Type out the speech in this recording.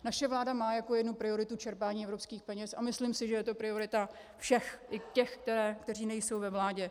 Naše vláda má jako jednu prioritu čerpání evropských peněz a myslím si, že je to priorita všech, tj. i těch, kteří nejsou ve vládě.